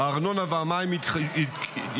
הארנונה והמים יתייקרו,